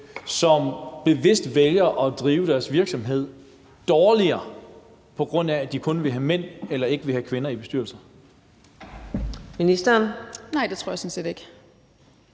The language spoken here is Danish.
som bevidst vælger at drive deres virksomhed dårligere, på grund af at de kun vil have mænd og ikke kvinder i bestyrelsen.